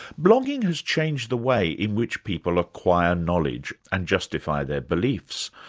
blogging has changed the way in which people acquire knowledge and justify their beliefs,